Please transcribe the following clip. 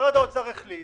משרד האוצר החליט